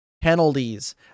penalties